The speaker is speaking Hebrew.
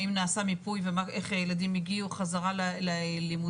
האם נעשה מיפוי ואיך הילדים הגיעו חזרה ללימודים,